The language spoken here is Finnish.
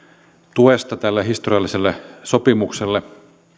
tuesta tälle historialliselle sopimukselle tätä